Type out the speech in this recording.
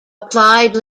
applied